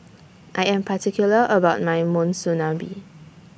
I Am particular about My Monsunabe